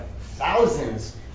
thousands